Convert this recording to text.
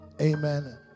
Amen